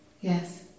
yes